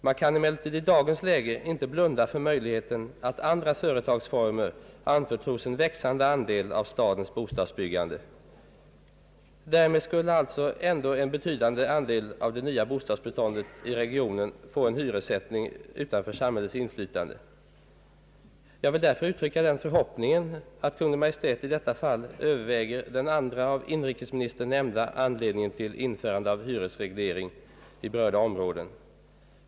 Man kan emellertid i dagens läge inte blunda för möjligheten att andra företagsformer anförtros en växande andel av stadens bostadsbyggande. Därmed skulle alltså ändå en betydande andel av det nya bostadsbeståndet i regionen få en hyressättning utanför samhällets inflytande. Jag vill därför uttrycka den förhoppningen, att Kungl. Maj:t i detta fall överväger den andra av inrikesministern nämnda anledningen till införande av hyresreglering i berörda områden.